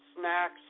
snacks